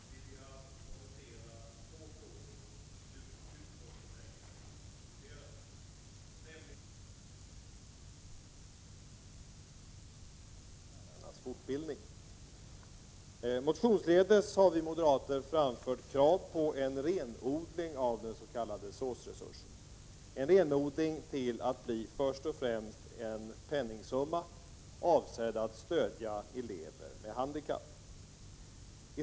Herr talman! I Birgitta Rydles frånvaro skall jag dels be att få yrka bifall till en reservation, dels kommentera två frågor i det utskottsbetänkande som vi nu diskuterar, nämligen det s.k. SÅS-anslaget och lärarnas fortbildning. Motionsledes har vi moderater framfört krav på en renodling av den s.k. SÅS-resursen, en renodling till att först och främst bli en penningsumma, avsedd att stödja elever med handikapp.